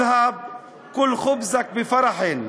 (אומר דברים בערבית ומתרגמם:)